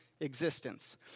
Existence